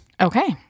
Okay